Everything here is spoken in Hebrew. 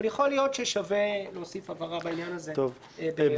אבל יכול להיות ששווה להוסיף הבהרה בעניין הזה בהוראת מעבר.